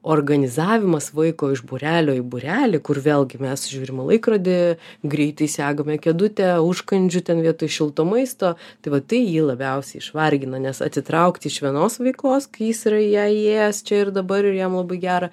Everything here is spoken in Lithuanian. organizavimas vaiko iš būrelio į būrelį kur vėlgi mes žiūrim į laikrodį greitai segame kėdutę užkandžių ten vietoj šilto maisto tai va tai jį labiausiai išvargina nes atsitraukti iš vienos veiklos kai jis yra į ją įėjęs čia ir dabar jam labai gera